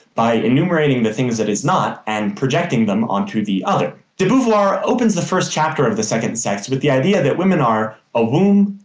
by enumerating the things it is not and projecting it onto the other. de beauvoir opens the first chapter of the second sex with the idea that women are a womb,